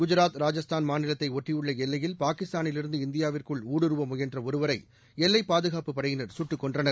குஜாத் ராஜஸ்தான் மாநிலத்தை ஒட்டியுள்ள எல்லையில் பாகிஸ்தானிலிருந்து இந்தியாவிற்குள் ஊடுருவ முயன்ற ஒருவரை எல்லை பாதுகாப்புப் படையினர் கட்டுக் கொன்றனர்